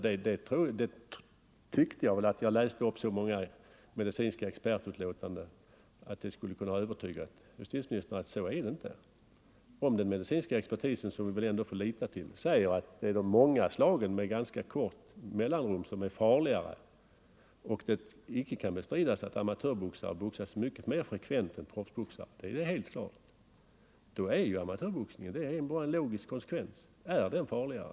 Jag tyckte att jag läste upp så många medicinska expertuttalanden att det borde ha övertygat justitieministern om att amatörboxningen inte är mindre farlig. Den medicinska expertisen säger att det är de många slagen med ganska korta mellanrum som är de farligare, och det kan icke bestridas att amatörboxare boxas mycket mera frekvent. Det är helt klart. Då är det ju en logisk konsekvens att amatörboxning är farligare.